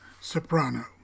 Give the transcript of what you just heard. soprano